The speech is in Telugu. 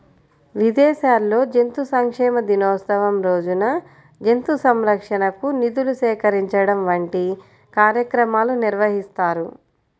విదేశాల్లో జంతు సంక్షేమ దినోత్సవం రోజున జంతు సంరక్షణకు నిధులు సేకరించడం వంటి కార్యక్రమాలు నిర్వహిస్తారు